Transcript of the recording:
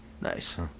Nice